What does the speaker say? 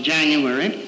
January